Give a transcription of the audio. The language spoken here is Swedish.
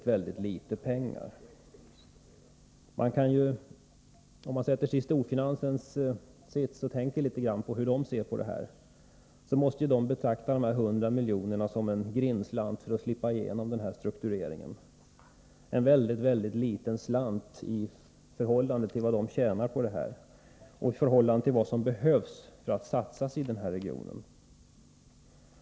Om vi tänker oss vara i Måndagen den storfinansens ställe och funderar på hur storfinansen ser på det här, kan vi 13 februari 1984 räkna med att storfinansen betraktar dessa 100 milj.kr. som en grindslant för att klara struktureringen — en mycket liten slant i förhållande till vad Om sysselsättning storfinansen tjänar på detta och i förhållande till vad som behöver satsas i regionen.